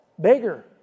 bigger